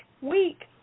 week